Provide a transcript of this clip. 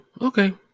Okay